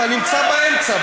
אתה נמצא באמצע,